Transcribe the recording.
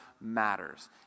matters